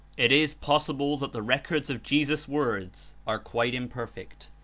it is possible that the records of jesus' words are quite imperfect,